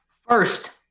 First